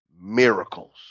miracles